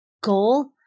goal